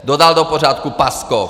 Kdo dal do pořádku Paskov?